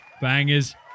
Bangers